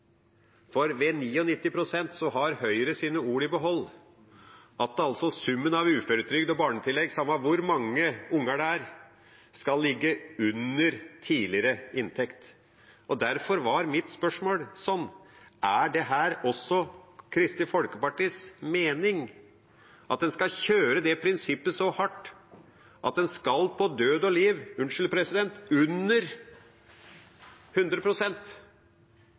spørsmålet. Ved 99 pst. har Høyre sine ord i behold om at summen av uføretrygd og barnetillegg – samme hvor mange unger det er snakk om – skal ligge under tidligere inntekt. Derfor var spørsmålet mitt: Er det også Kristelig Folkepartis mening at en skal kjøre det prinsippet så hardt at en på død og liv – unnskyld uttrykket, president – skal under